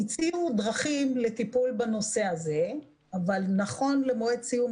הציעו דרכים לטיפול בנושא הזה אבל נכון למועד סיום